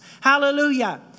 hallelujah